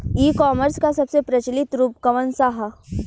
ई कॉमर्स क सबसे प्रचलित रूप कवन सा ह?